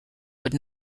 would